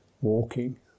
walking